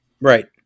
Right